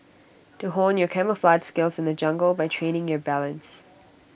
to hone your camouflaged skills in the jungle by training your balance